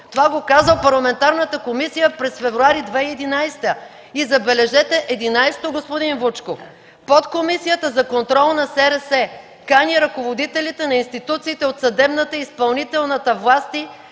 Това го казва парламентарната комисия през февруари 2011 г. Забележете, господин Вучков: 11. „Подкомисията за контрол на СРС кани ръководителите на институциите от съдебната и изпълнителната власти